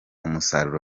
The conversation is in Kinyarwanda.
umusaruro